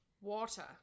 water